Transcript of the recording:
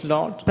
Lord